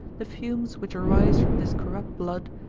the fumes which arise from this corrupt blood,